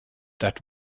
that